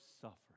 suffering